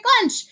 lunch